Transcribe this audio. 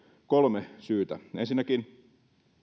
kolme syytä ensinnäkin